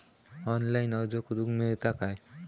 Online अर्ज करूक मेलता काय?